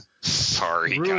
Sorry